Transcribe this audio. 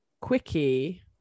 Quickie